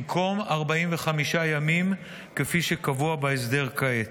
במקום 45 ימים כפי שקבוע בהסדר כעת.